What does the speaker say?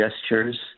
gestures